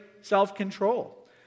self-control